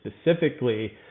specifically